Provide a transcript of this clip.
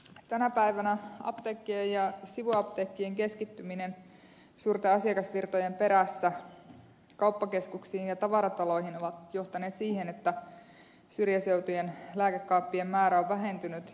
tänä päivänä apteekkien ja sivuapteekkien keskittyminen suurten asiakasvirtojen perässä kauppakeskuksiin ja tavarataloihin on johtanut siihen että syrjäseutujen lääkekaappien määrä on vähentynyt